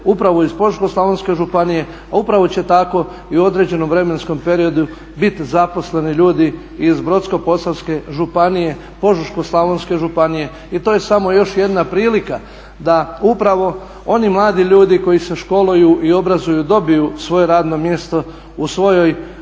upravo iz Požeško-slavonske županije, a upravo će tako i u određenom vremenskom periodu bit zaposleni ljudi iz Brodsko-posavske županije, Požeško-slavonske županije i to je samo još jedna prilika da upravo oni mladi ljudi koji se školuju i obrazuju dobiju svoje radno mjesto u svojoj